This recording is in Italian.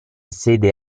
sede